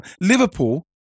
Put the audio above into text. Liverpool